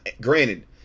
Granted